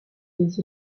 des